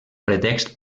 pretext